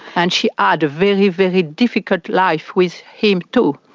and she ah had a very, very difficult life with him too.